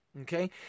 Okay